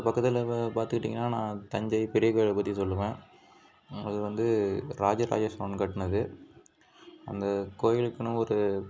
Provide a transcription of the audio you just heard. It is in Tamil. எங்கள் பக்கத்தில் இப்போ பார்த்துக்கிட்டிங்கனா நான் தஞ்சை பெரியகோவில் பற்றி சொல்லுவேன் அது வந்து ராஜராஜ சோழன் கட்டினது அந்த கோவிலுக்குனு ஒரு